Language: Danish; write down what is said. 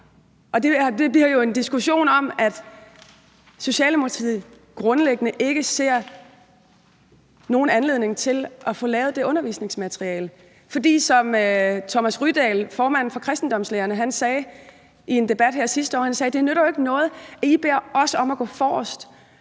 Det bliver jo en diskussion om, at Socialdemokratiet grundlæggende ikke ser nogen anledning til at få lavet det undervisningsmateriale. John Rydahl, formand for kristendomslærerne, sagde i en debat her sidste år: Det nytter jo ikke noget, at I beder os om at gå forrest,